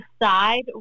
decide